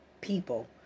people